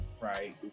right